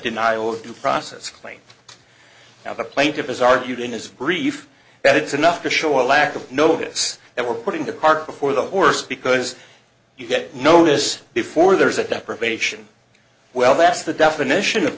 denial of due process claim now the plaintiff has argued in his brief that it's enough to show a lack of notice that we're putting the cart before the horse because you get notice before there is a deprivation well that's the definition of